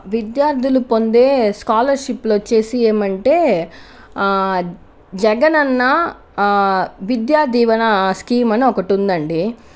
విద్యార్థులు పొందే స్కాలర్షిప్లొచ్చేసి ఏమంటే జగనన్న విద్యా దీవెన స్కీమ్ అని ఒకటుందండి